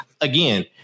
again